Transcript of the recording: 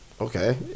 Okay